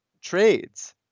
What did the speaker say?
trades